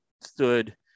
stood